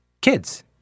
Kids